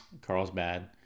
Carlsbad